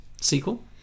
Sequel